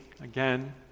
again